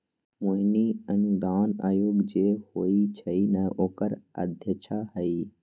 मोहिनी अनुदान आयोग जे होई छई न ओकरे अध्यक्षा हई